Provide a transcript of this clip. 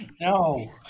No